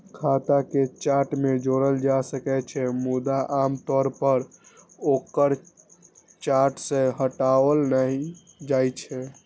खाता कें चार्ट मे जोड़ल जा सकै छै, मुदा आम तौर पर ओकरा चार्ट सं हटाओल नहि जाइ छै